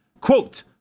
quote